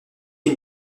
une